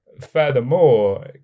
Furthermore